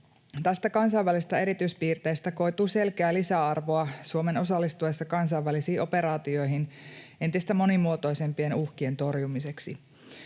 Tästä kansallisesta erityispiirteestä koituu selkeää lisäarvoa Suomen osallistuessa kansainvälisiin operaatioihin entistä monimuotoisempien uhkien torjumiseksi.